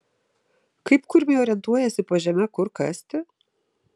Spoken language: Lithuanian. kaip kurmiai orientuojasi po žeme kur kasti